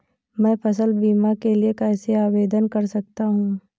मैं फसल बीमा के लिए कैसे आवेदन कर सकता हूँ?